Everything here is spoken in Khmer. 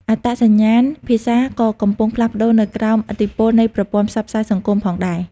អត្តសញ្ញាណភាសាក៏កំពុងផ្លាស់ប្តូរនៅក្រោមឥទ្ធិពលនៃប្រព័ន្ធផ្សព្វផ្សាយសង្គមផងដែរ។